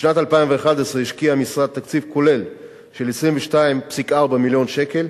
בשנת 2011 השקיע המשרד תקציב כולל של 22.4 מיליון שקל